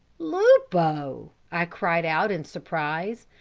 lupo! i cried out in surprise.